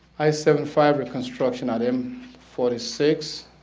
i seventy five reconstruction at m forty six,